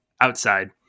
outside